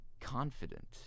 confident